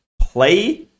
Play